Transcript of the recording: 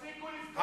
תפסיקו לבכות,